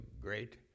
great